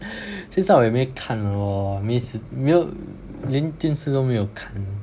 现在我也没看 liao lor 没时没有连电视都没有看